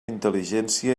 intel·ligència